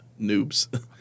noobs